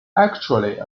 actually